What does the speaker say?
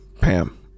Pam